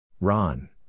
Ron